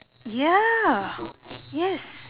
ya yes